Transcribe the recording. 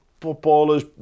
footballers